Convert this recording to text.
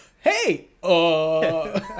Hey